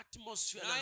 atmosphere